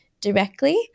directly